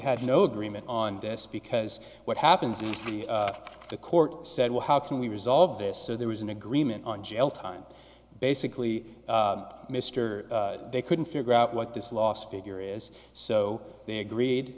had no agreement on this because what happens in the court said well how can we resolve this so there was an agreement on jail time basically mr they couldn't figure out what this last figure is so they agreed